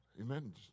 amen